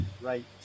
Right